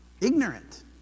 ignorant